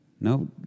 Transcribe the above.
No